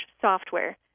software